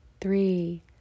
three